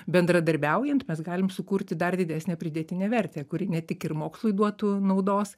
bendradarbiaujant mes galim sukurti dar didesnę pridėtinę vertę kuri ne tik ir mokslui duotų naudos